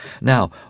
Now